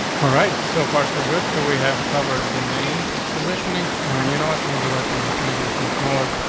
all right, so far, so good. so we have covered the name positioning. and you know what? maybe let me just make this one smaller,